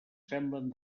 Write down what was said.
semblen